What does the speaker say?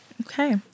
Okay